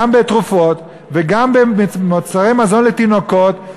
גם של תרופות וגם של מוצרי מזון לתינוקות,